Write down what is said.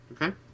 Okay